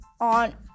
on